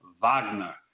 Wagner